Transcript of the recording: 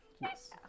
Yes